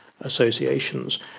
associations